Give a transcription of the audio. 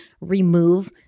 remove